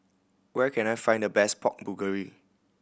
where can I find the best Pork Bulgogi